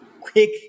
quick